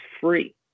free